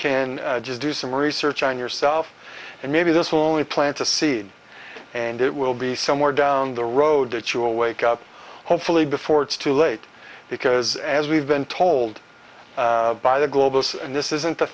can just do some research on yourself and maybe this will only plant a seed and it will be somewhere down the road that you will wake up or hopefully before it's too late because as we've been told by the global and this isn't a the